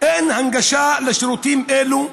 אין הנגשה של שירותים אלו,